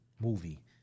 Movie